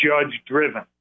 judge-driven